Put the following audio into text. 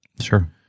Sure